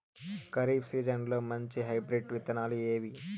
ఖరీఫ్ సీజన్లలో మంచి హైబ్రిడ్ విత్తనాలు ఏవి